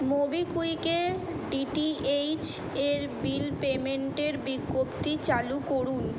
মোবিকুইকে DTH এর bill পেমেন্টের বিজ্ঞপ্তি চালু করুন